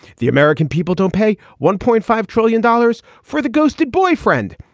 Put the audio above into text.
the american people don't pay one point five trillion dollars for the ghosted boyfriend,